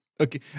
Okay